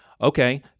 okay